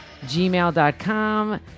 gmail.com